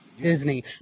Disney